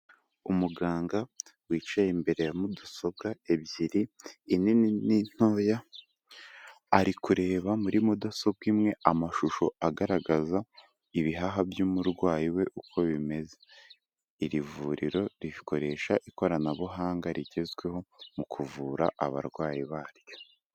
Umuganga wicaye imbere ya mudasobwa ebyiri inini n'intoya, ari kureba muri mudasobwa imwe, amashusho agaragaza ibihaha by'umurwayi we uko bimeze, iri vuriro rikoresha ikoranabuhanga rigezweho mu kuvura abarwayi baryo.